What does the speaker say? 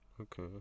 Okay